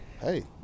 Hey